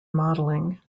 modelling